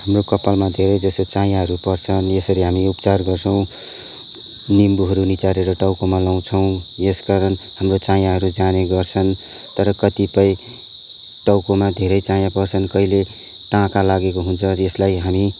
हाम्रो कपालमा धेरै जस्तो चायाहरू पर्छ अनि यसरी हामी उपचार गर्छौँ निम्बुहरू निचोरेर टाउकोमा लाउछौँ यसकारण हाम्रो चायाहरू जाने गर्छन् तर कतिपय टाउकोमा धेरै चाया पर्छन् कहिले टाकाँ लागेको हुन्छ अनि यसलाई हामी